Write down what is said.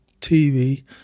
TV